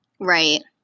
Right